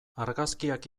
argazkiak